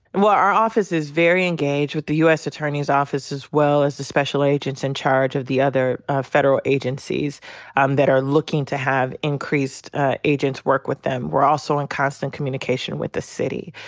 well, our office is very engaged with the u. s. attorney's office as well as the special agents in charge of the other federal agencies um that are looking to have increased agents work with them. we're also in constant communication with the city.